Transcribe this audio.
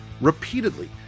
repeatedly